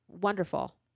wonderful